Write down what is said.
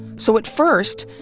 so at first,